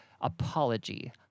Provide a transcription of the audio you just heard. Apology